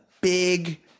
big